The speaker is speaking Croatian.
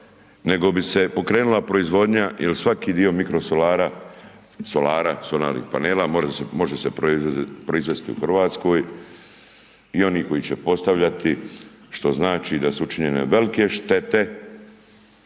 nego bi se pokrenula proizvodnja jer svaki dio mikrosolara, solara, solarnih panela može se proizvesti u Hrvatskoj i oni koji će postavljati što znači da su učinjene velike štete